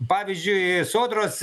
pavyzdžiui sodros